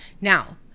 Now